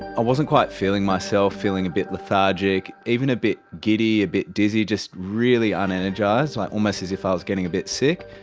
i wasn't quite feeling myself, feeling a bit lethargic, even a bit giddy, a bit dizzy, just really unenergised, like almost as if i was getting a bit sick.